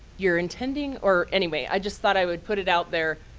you're intending, or anyway, i just thought i would put it out there.